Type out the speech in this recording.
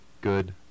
good